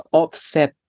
offset